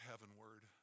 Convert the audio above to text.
heavenward